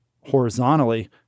horizontally